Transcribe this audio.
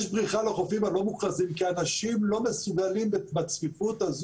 יש בריחה לחופים הלא-מוכרזים כי אנשים לא מסוגלים להיות בצפיפות.